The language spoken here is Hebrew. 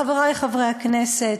חברי חברי הכנסת,